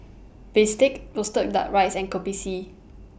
Bistake Roasted Duck Rice and Kopi C